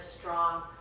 strong